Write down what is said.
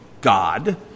God